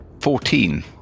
Fourteen